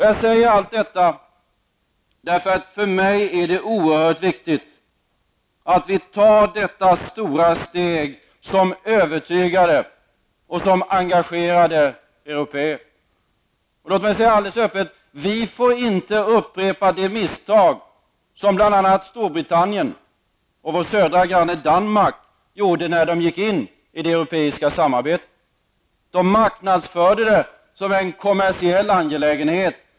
Jag säger allt detta därför att det för mig är oerhört viktigt att vi tar detta stora steg som övertygade och engagerade européer. Låt mig säga alldeles öppet: Vi får inte upprepa de misstag som bl.a. Storbritannien och vår södra granne Danmark gjorde när de gick in i det europeiska samarbetet. De marknadsförde sitt medlemskap i EG som en kommersiell angelägenhet.